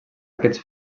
aquests